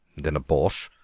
then a borshch,